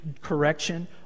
correction